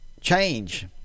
change